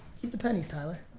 keep the pennies, tyler.